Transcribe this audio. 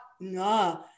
no